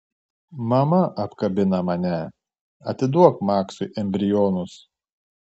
mama apkabina mane atiduok maksui embrionus